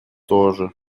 тоже